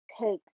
take